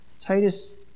Titus